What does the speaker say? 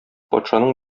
патшаның